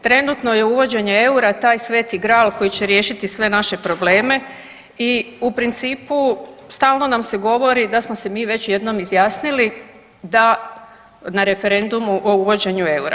Trenutno je uvođenje eura taj sveti gral koji će riješiti sve naše probleme i u principu stalno nam se govori da smo se mi već jednom izjasnili da, na referendumu o uvođenju eura.